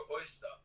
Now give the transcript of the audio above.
oyster